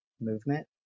movement